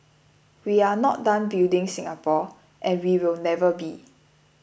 we are not done building Singapore and we will never be